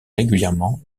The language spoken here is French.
régulièrement